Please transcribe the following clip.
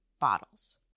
bottles